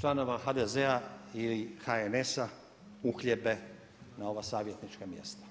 članova HDZ-a ili HNS-a, uhljebe na ova savjetnička mjesta.